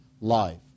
life